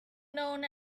known